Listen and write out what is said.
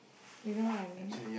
you know what I mean